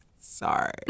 sorry